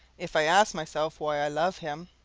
if i ask myself why i love him,